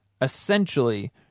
essentially